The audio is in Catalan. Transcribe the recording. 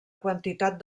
quantitat